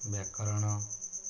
ବ୍ୟାକରଣ